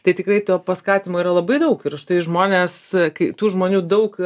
tai tikrai to paskatinimo yra labai daug ir užtai žmonės kai tų žmonių daug